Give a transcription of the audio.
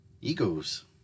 egos